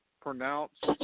pronounced